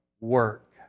work